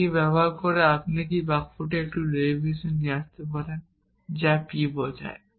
এটি ব্যবহার করে আপনি কি এই বাক্যটির একটি ডেরিভেশন নিয়ে আসতে পারেন যা p বোঝায়